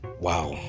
wow